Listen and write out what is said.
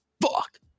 fuck